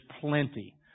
plenty